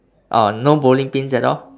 oh no bowling pins at all